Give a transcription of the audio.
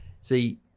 See